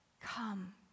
come